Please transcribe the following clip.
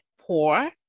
poor